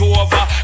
over